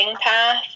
path